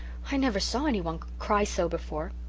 i never saw anyone cry so before.